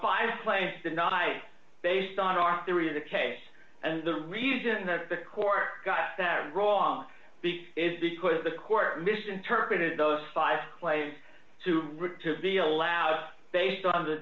five players deny based on our theory of the case and the reason that the court got that wrong is because the court misinterpreted those five claim to be allowed based on the